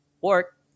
work